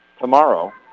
tomorrow